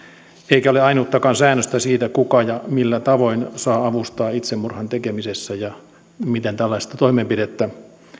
eikä ole ainuttakaan säännöstä siitä kuka ja millä tavoin saa avustaa itsemurhan tekemisessä ja miten tällaista toimenpidettä